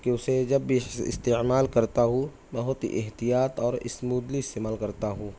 کہ اسے جب بھی استعمال کرتا ہوں بہت احتیاط اور اسموتھلی استعمال کرتا ہوں